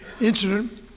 incident